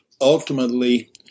ultimately